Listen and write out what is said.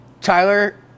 Tyler